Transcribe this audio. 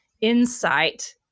insight